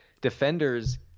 defenders